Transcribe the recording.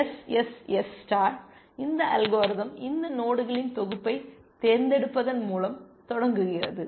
SSS star இந்த algorithm இந்த நோடுகளின் தொகுப்பைத் தேர்ந்தெடுப்பதன் மூலம் தொடங்குகிறது